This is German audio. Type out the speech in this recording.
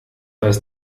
weiß